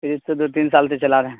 fridge تو دو تین سال سے چلا رہے ہیں